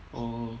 oh